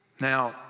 Now